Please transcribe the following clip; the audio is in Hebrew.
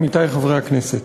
עמיתי חברי הכנסת,